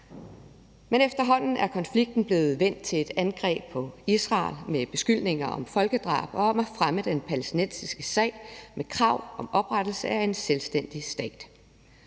Men efterhånden er konflikten blevet vendt til et angreb på Israel med beskyldninger om folkedrab og til at fremme den palæstinensiske sag med krav om oprettelse af en selvstændig stat.